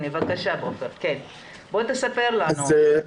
בבקשה, תספר לנו.